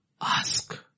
ask